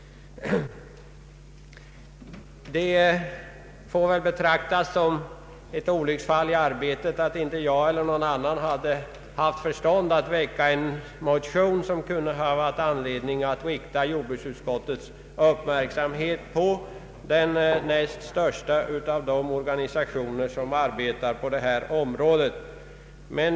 Det får väl betraktas som ett olycksfall i arbetet att inte jag eller någon annan hade förstånd att väcka en motion som skulle ha riktat jordbruksutskottets uppmärksamhet på den näst största av de organisationer som arbetar på detta område.